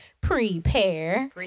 Prepare